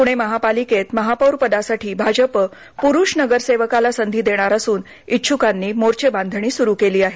प्णे महापालिकेत महापौरपदासाठी भाजप प्रुष नगरसेवकाला संधी देणार असून इच्छकांनी मोर्च बांधणी सुरु केली आहे